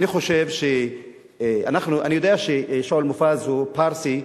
אני חושב, אני יודע ששואל מופז הוא פרסי,